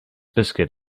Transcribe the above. biscuit